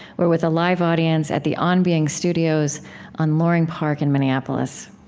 we're with a live audience at the on being studios on loring park in minneapolis